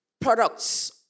products